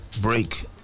break